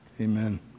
amen